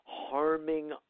harming